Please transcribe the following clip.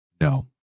No